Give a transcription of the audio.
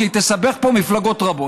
כי היא תסבך פה מפלגות רבות.